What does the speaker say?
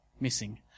missing